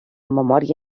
memòria